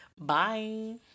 bye